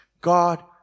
God